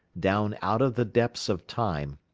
down out of the depths of time,